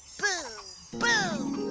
boo boo